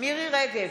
מירי מרים רגב,